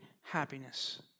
happiness